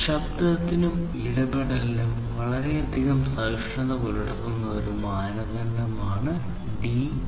ശബ്ദത്തിനും ഇടപെടലിനും വളരെയധികം സഹിഷ്ണുത പുലർത്തുന്ന ഒരു മാനദണ്ഡമാണ് DSSS